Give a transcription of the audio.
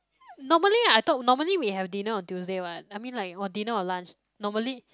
normally I thought normally we have dinner on Tuesday what I mean like on dinner or lunch normally